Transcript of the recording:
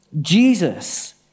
Jesus